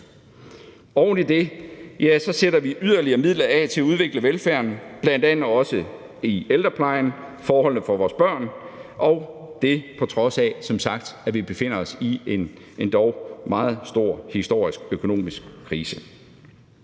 Oven i det sætter vi yderligere midler af til at udvikle velfærden, bl.a. også i ældreplejen, og når det gælder forholdene for vores børn, og det er, på trods af at vi som sagt befinder os i en endog meget stor historisk økonomisk krise.